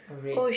a red